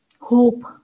hope